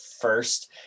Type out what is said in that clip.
first